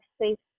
safe